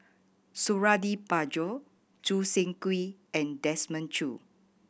Suradi Parjo Choo Seng Quee and Desmond Choo